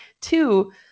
two